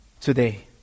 today